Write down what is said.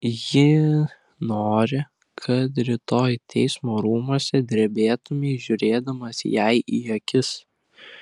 ji nori kad rytoj teismo rūmuose drebėtumei žiūrėdamas jai į akis